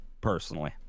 personally